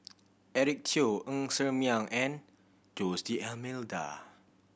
Eric Teo Ng Ser Miang and Jose D'Almeida